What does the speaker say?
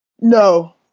No